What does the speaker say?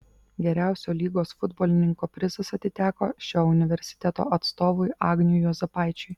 geriausio lygos futbolininko prizas atiteko šio universiteto atstovui agniui juozapaičiui